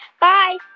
Bye